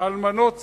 אלמנות צה"ל,